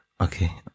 Okay